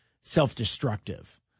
self-destructive